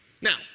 Now